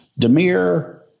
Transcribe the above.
Demir